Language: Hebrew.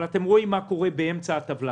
אבל אתם רואים מה קורה באמצע הטבלה